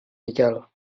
miquel